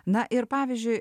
na ir pavyzdžiui